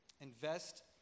Invest